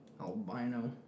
Albino